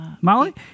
Molly